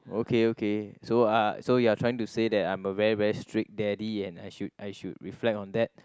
okay okay so uh so you're trying to say that I'm a very very strict daddy and I should I should reflect on that